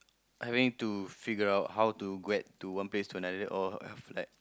having to figure out how to grad to one place or another or I have like